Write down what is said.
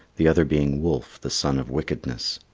the other being wolf the son of wickedness.